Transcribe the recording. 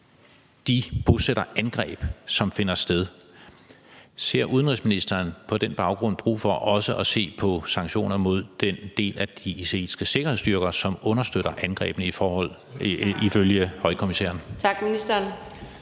de bosætterangreb, som finder sted. Ser udenrigsministeren på den baggrund, at der er brug for også at se på sanktioner mod den del af de israelske sikkerhedsstyrker, som understøtter angrebene ifølge højkommissæren? Kl.